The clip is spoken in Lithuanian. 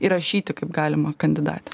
įrašyti kaip galimą kandidatę